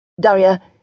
Daria